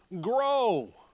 grow